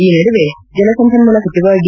ಈ ನಡುವೆ ಜಲಸಂಪನ್ನೂಲ ಸಚಿವ ಡಿ